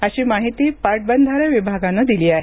अशी माहिती पाटबंधारे विभागानं दिली आहे